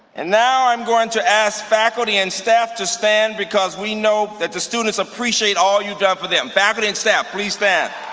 and now i'm going to ask faculty and staff to stand because we know that the students appreciate all you've done for them. faculty and staff, please stand.